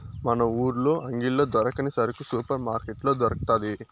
మన ఊర్ల అంగిల్లో దొరకని సరుకు సూపర్ మార్కట్లో దొరకతాది